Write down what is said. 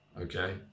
Okay